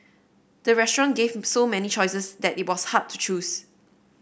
the restaurant gave so many choices that it was hard to choose